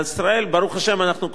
ברוך השם, אנחנו כבר לא שם.